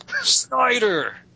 Snyder